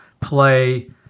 play